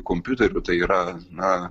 kompiuterių tai yra na